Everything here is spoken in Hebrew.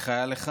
איך היה לך?